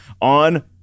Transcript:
on